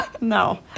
No